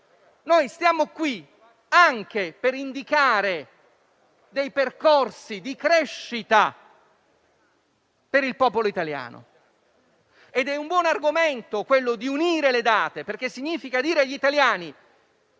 Noi siamo qui anche per indicare dei percorsi di crescita per il popolo italiano ed è un buon argomento quello di unire le date: significa dire agli italiani